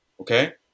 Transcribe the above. okay